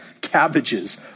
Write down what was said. cabbages